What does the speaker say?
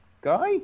guy